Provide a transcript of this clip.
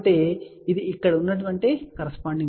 కాబట్టి ఇది ఇక్కడ ఉన్న కరస్పాండింగ్ విలువ